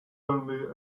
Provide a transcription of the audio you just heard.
only